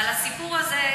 אבל הסיפור הזה,